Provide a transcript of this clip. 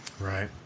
right